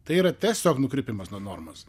tai yra tiesiog nukrypimas nuo normos